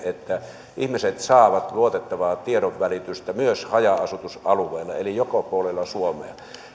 että ihmiset saavat luotettavaa tiedonvälitystä myös haja asutusalueilla eli joka puolella suomea